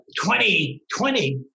2020